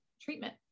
treatment